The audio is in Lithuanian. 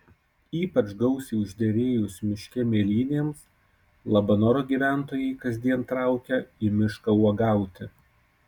ypač gausiai užderėjus miške mėlynėms labanoro gyventojai kasdien traukia į mišką uogauti